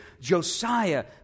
Josiah